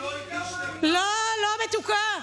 לא, לא, מתוקה.